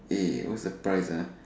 eh what's the price ah